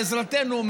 בעזרתנו,